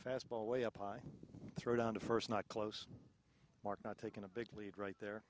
fastball way up high throw down to first not close mark not taking a big lead right there